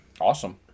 Awesome